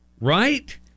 right